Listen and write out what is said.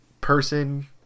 person